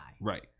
Right